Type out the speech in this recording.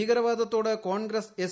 ഭീകരവാദത്തോട് Congress S